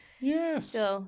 Yes